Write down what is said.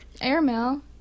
Airmail